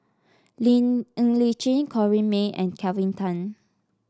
Li Ng Li Chin Corrinne May and Kelvin Tan